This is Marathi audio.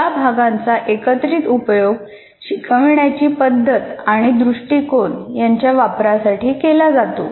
या भागांचा एकत्रित उपयोग शिकवण्याची पद्धत आणि दृष्टिकोन यांच्या वापरासाठी केला जातो